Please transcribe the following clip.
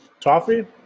Toffee